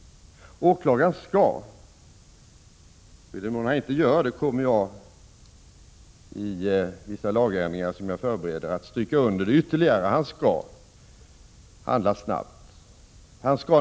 Åklagaren skall —i den mån han inte gör det kommer jag i vissa förslag till lagändringar som jag förbereder att ytterligare stryka under detta — handla snabbt.